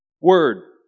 word